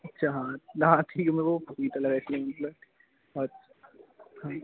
अच्छा हाँ हाँ ठीक है मैं वो पपीता लगा एक्चुली मतलब अच्छा हाँ